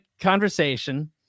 conversation